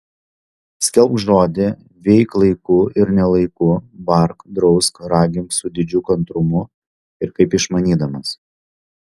skelbk žodį veik laiku ir ne laiku bark drausk ragink su didžiu kantrumu ir kaip išmanydamas